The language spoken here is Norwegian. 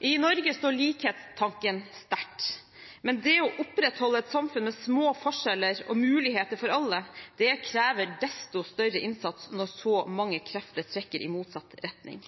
I Norge står likhetstanken sterkt. Det å opprettholde et samfunn med små forskjeller og med muligheter for alle, krever desto større innsats når så mange krefter trekker i motsatt retning.